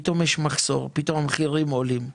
פתאום יש מחסור, פתאום המחירים עולים,